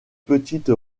petite